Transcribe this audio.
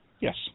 Yes